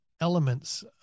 elements